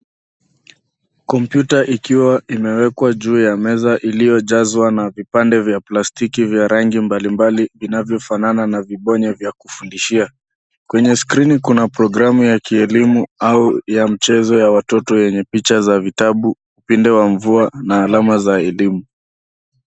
Kompyuta ikiwa imewekwa juu ya meza iliyojazwa na vipande vya plastiki vya rangi mbalimbali vinavyofanana na vibonye vya kufundishia. Kwenye skrini kuna programu ya kielimu au ya michezo ya watoto yenye picha za vitabu upinde wa mvua na alama za idimu.